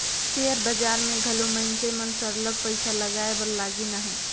share बजार में घलो मइनसे मन सरलग पइसा लगाए बर लगिन अहें